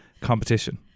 competition